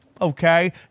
Okay